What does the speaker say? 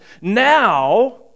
Now